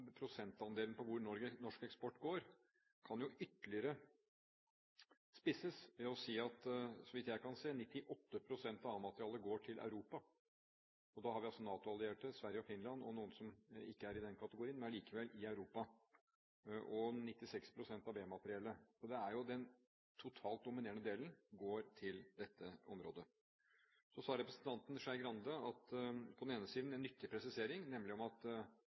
prosentandelen av hvor norsk eksport går, kan ytterligere spisses ved å si at, så vidt jeg kan se, 98 pst. av A-materiellet går til Europa – da har vi altså NATO-allierte, Sverige og Finland og noen som ikke er i den kategorien, men likevel i Europa – og 96 pst. av B-materiellet. Så den totalt dominerende delen går til dette området. Så sa representanten Skei Grande – på den ene siden en nyttig presisering – at